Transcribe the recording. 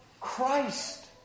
Christ